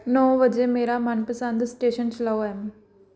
ਨੌਂ ਵਜੇ ਮੇਰਾ ਮਨਪਸੰਦ ਸਟੇਸ਼ਨ ਚਲਾਓ ਐਮ